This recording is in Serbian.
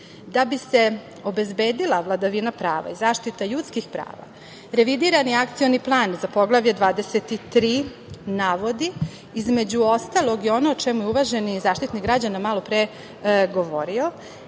bi se obezbedila vladavina prava i zaštita ljudskih prava, revidirani Akcioni plan za Poglavlje 23. navodi, između ostalog i ono o čemu je uvaženi Zaštitnik građana malopre govorio,